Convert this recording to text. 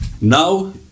Now